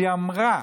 ואמרה,